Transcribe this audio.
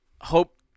hope